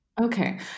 Okay